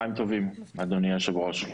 צוהריים טובים אדוני היושב-ראש,